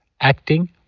acting